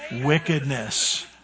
Wickedness